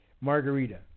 margarita